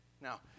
now